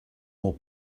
more